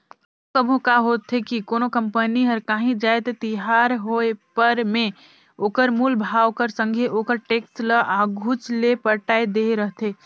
कभों कभों का होथे कि कोनो कंपनी हर कांही जाएत तियार होय पर में ओकर मूल भाव कर संघे ओकर टेक्स ल आघुच ले पटाए देहे रहथे